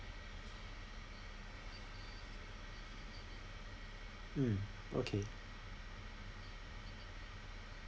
mm okay